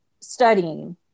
Studying